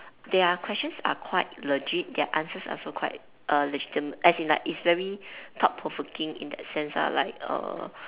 their questions are quite legit their answers also quite err legitimate as in like it's very thought provoking in that sense ah like err